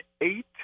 eight